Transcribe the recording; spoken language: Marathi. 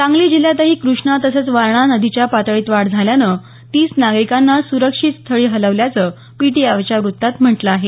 सांगली जिल्ह्यातही कृष्णा तसंच वारणा नदीच्या पातळीत वाढ झाल्यानं तीस नागरिकांना सुरक्षित स्थळी हलवल्याचं पीटीआयच्या वृत्तात म्हटलं आहे